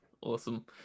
Awesome